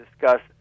discuss